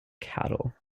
cattle